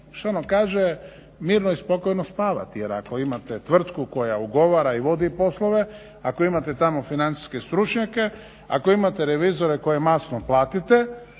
što se ono kaže mirno i spokojno spavati jer ako imate tvrtku koja ugovara i vodi poslove ako imate tamo financijske stručnjake, ako imate revizore koje masno platite